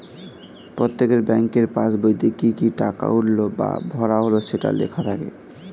প্রত্যেকের ব্যাংকের পাসবইতে কি কি টাকা উঠলো বা ভরা হলো সেটা লেখা থাকে